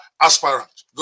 aspirant